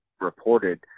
reported